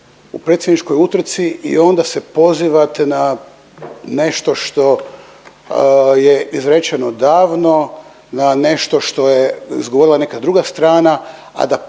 u predsjedničkoj utrci i onda se pozivate na nešto što je izrečeno davno, na nešto što je izgovorila neka druga strana, a da potpuno